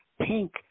pink